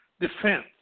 Defense